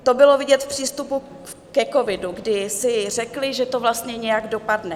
To bylo vidět v přístupu ke covidu, kdy si řekli, že to vlastně nějak dopadne.